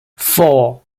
four